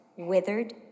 Withered